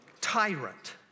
tyrant